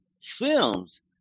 Films